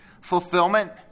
fulfillment